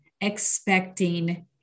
expecting